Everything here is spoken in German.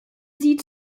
sie